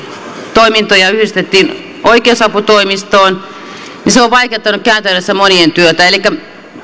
toimintoja yhdistettiin oikeusaputoimistoon niin se on vaikeuttanut käytännössä monien työtä elikkä